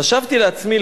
חשבתי לעצמי,